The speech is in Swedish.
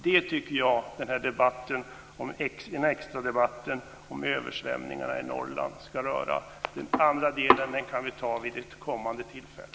Jag tycker att den extra debatten om översvämningarna i Norrland ska handla om detta. De andra delarna kan vi ta upp vid ett kommande tillfälle.